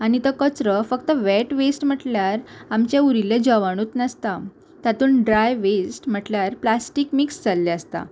आनी तो कचरो फक्त वेट वेस्ट म्हटल्यार आमचे उरिल्ले जवणूच नासता तातूंत ड्राय वेस्ट म्हटल्यार प्लास्टीक मिक्स जाल्ले आसता